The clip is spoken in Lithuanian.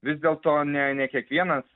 vis dėlto ne ne kiekvienas